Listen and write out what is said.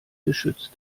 geschützt